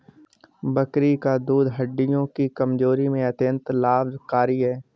बकरी का दूध हड्डियों की कमजोरी में अत्यंत लाभकारी है